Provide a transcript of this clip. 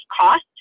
cost